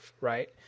right